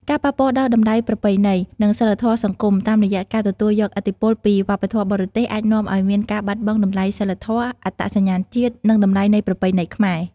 ការប៉ះពាល់ដល់តម្លៃប្រពៃណី និងសីលធម៌សង្គម តាមរយះការទទួលយកឥទ្ធិពលពី វប្បធម៌បរទេសអាចនាំឲ្យមានការបាត់បង់តម្លៃសីលធម៌ អត្តសញ្ញាណជាតិ និងតម្លៃនៃប្រពៃណីខ្មែរ។